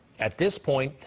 at this point,